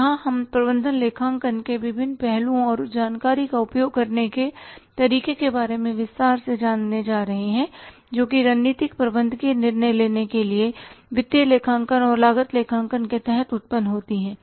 और यहां हम प्रबंधन लेखांकन के विभिन्न पहलुओं और उस जानकारी का उपयोग करने के तरीके के बारे में विस्तार से जानने जा रहे हैं जो कि रणनीतिक प्रबंधकीय निर्णय लेने के लिए वित्तीय लेखांकन और लागत लेखांकन के तहत उत्पन्न होती है